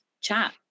chat